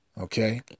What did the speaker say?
Okay